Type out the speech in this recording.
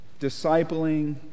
discipling